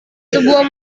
sebuah